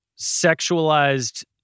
sexualized